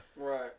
right